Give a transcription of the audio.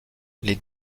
les